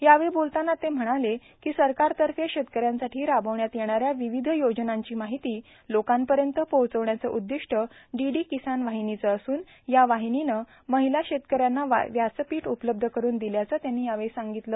यावेळी बोलताना ते म्हणाले की सरकारतर्फे शेतकऱ्यांसाठी राबवण्यात येणाऱ्या विविध योजनांची माहिती लोकांपर्यंत पोहोचवण्याचं उद्दिष्ट डीडी किसान वाहिनीचं असून या वाहिनीनं महिला शेतकऱ्यांना व्यासपीठ उपलब्ध करून दिल्याचंही त्यांनी सांगितलं